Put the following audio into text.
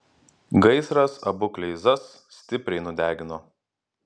gaisras abu kleizas stipriai nudegino